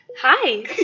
Hi